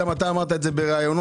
גם אתה אמרת בראיונות,